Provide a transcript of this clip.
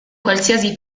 qualsiasi